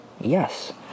Yes